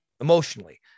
emotionally